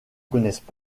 connaissent